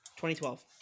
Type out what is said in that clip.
2012